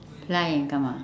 fly and come ah